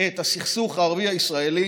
את הסכסוך הערבי הישראלי